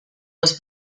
les